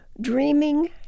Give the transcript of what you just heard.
dreaming